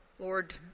Lord